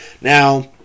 Now